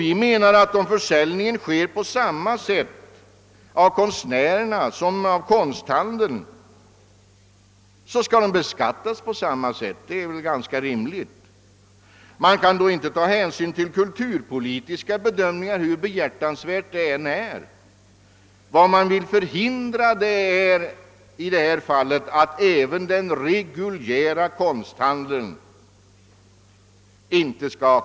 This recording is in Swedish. Vi anser, att om försäljningen sker på samma sätt av konstnärerna som av konsthandeln, så skall också försäljningen beskattas på samma sätt — det är väl ganska rimligt. Man kan då inte göra kulturpolitiska bedömningar, hur behjärtansvärt det än vore. Vad man vill förhindra är, att även den reguljära konsthandeln går fri.